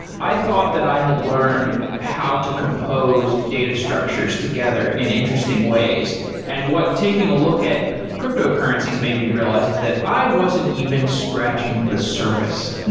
i thought that i had learned how to compose data structures together in interesting ways and what taking a look at cryptocurrencies made me realize is that i wasn't even scratching the surface.